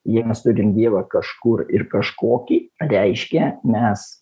jei mes turim dievą kažkur ir kažkokį reiškia mes